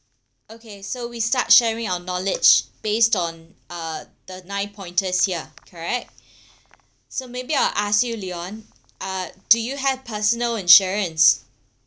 okay so we start sharing our knowledge based on uh the nine pointers here correct so maybe I'll ask you leon uh do you have personal insurance